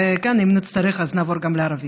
ואם נצטרך אז נעבור גם לערבית.